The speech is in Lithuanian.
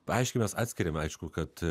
aiškiai mes atskiriame aišku kad